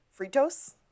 Fritos